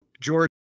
George